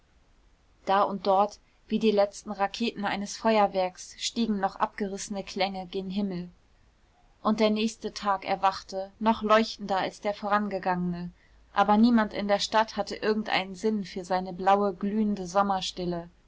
da und dort wie die letzten raketen eines feuerwerks stiegen noch abgerissene klänge gen himmel und der nächste tag erwachte noch leuchtender als der vorangegangene aber niemand in der stadt hatte irgendeinen sinn für seine blaue glühende